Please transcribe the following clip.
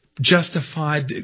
justified